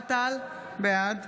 אוהד טל, בעד